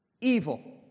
evil